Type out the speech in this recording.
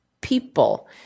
people